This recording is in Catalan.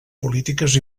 polítiques